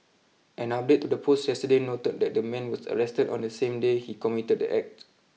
an update to the post yesterday noted that the man was arrested on the same day he committed the act